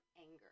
anger